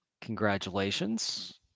Congratulations